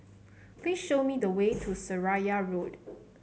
please show me the way to Seraya Road